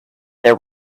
there